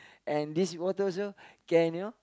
and this bottle also can you know